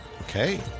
Okay